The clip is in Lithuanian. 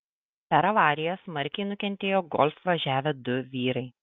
per avariją smarkiai nukentėjo golf važiavę du vyrai